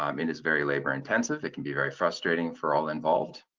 um it is very labor-intensive, it can be very frustrating for all involved,